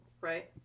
Right